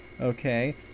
okay